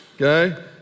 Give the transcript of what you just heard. okay